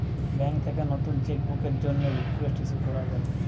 bank থেকে নতুন cheque বুকের জন্যে রিকোয়েস্ট ইস্যু করা যায়